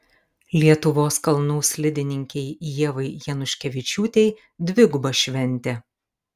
lietuvos kalnų slidininkei ievai januškevičiūtei dviguba šventė